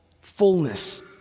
fullness